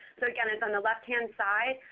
so again, it's on the left-hand side.